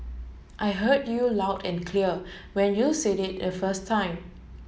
I heard you loud and clear when you said it the first time